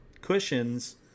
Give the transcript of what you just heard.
cushions